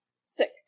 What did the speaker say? Sick